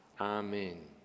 Amen